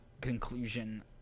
conclusion